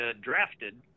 drafted